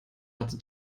hatte